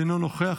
אינו נוכח,